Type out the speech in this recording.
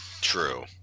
True